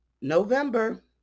November